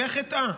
זה חטאה.